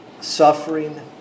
suffering